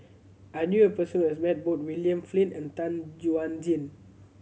I knew a person who has met both William Flint and Tan Chuan Jin